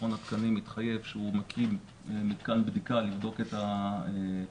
מכון התקנים התחייב שהוא מקים מתקן בדיקה לבדוק את הפיגום.